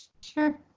Sure